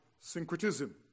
syncretism